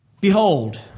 Behold